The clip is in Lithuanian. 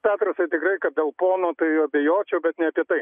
petras tikrai kad dėl pono tai abejočiau bet ne apie tai